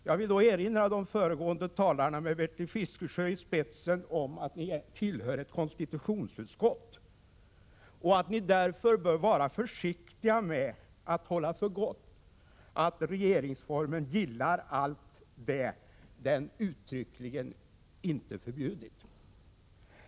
Jag vill i sammanhanget erinra de föregående talarna, med Bertil Fiskesjö i spetsen, om att de tillhör ett konstitutionsutskott och att de därför bör vara försiktiga med att hålla för gott att regeringsformen gillar allt det den uttryckligen inte förbjudit.